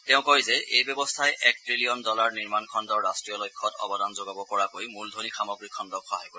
তেওঁ কয় যে এই ব্যৱস্থাই এক ত্ৰিলিয়ন ডলাৰ নিৰ্মাণ খণ্ডৰ ৰাট্টীয় লক্ষ্যত অৱদান যোগাব পৰাকৈ মূলধনী সামগ্ৰী খণ্ডক সহায় কৰিব